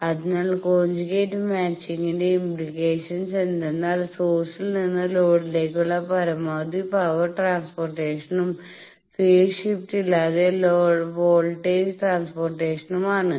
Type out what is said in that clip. അതിനാൽ കോഞ്ചുഗേറ്റ് മായ്ച്ചിങ്ങിന്റെ ഇമ്പ്ലിക്കേഷൻ എന്തെന്നാൽ സോഴ്സിൽ നിന്ന് ലോഡിലേക്കുള്ള പരമാവധി പവർ ട്രാൻസ്പോർട്ടേഷനും ഫേസ് ഷിഫ്റ്റ് ഇല്ലാതെ വോൾട്ടേജ് ട്രാൻസ്പോർട്ടേഷനും ആണ്